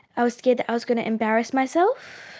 i was scared that i was going to embarrass myself.